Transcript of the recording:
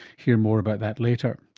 hear more about that later.